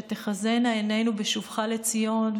"ותחזינה עינינו בשובך לציון",